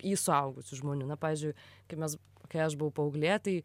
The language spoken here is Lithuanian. į suaugusių žmonių na pavyzdžiui kai mes kai aš buvau paauglė tai